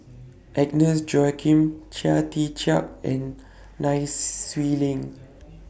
Agnes Joaquim Chia Tee Chiak and Nai Swee Leng